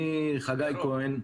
אני חגי כהן,